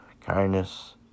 Kindness